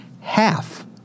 half